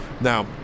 Now